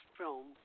film